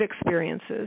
experiences